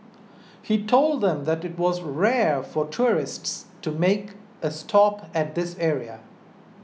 he told them that it was rare for tourists to make a stop at this area